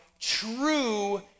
true